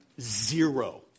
Zero